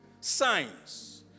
science